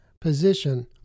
position